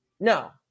No